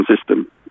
system